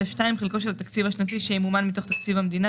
(א2) חלקו של התקציב השנתי שימומן מתוך תקציב המדינה,